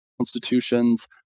institutions